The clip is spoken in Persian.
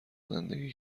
زندگی